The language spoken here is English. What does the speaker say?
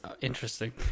Interesting